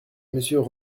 monsieur